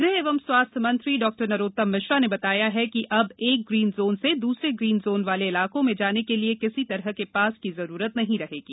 गृह एंव स्वास्थ्य मंत्री डॉ नरोतम मिश्रा ने बताया है कि अब एक ग्रीन जोन से दूसरे ग्रीन जोन वाले इलाकों में जाने के लिए किसी तरह के पास की जरूरत नहीं रहेगी